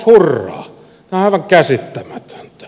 tämä on aivan käsittämätöntä